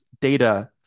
data